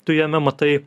tu jame matai